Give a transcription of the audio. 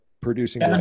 producing